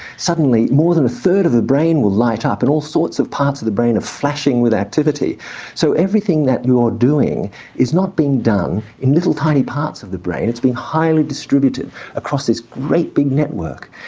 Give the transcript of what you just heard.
suddenly more than a third of the brain will light up and all sorts of parts of the brain are flashing with activity so everything that you're doing is not being done in little tiny parts of the brain, it's being highly distributed across this great big network.